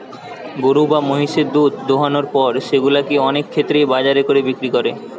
গরু বা মহিষের দুধ দোহানোর পর সেগুলা কে অনেক ক্ষেত্রেই বাজার দরে বিক্রি করে